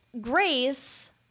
grace